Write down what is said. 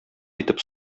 итеп